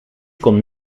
kon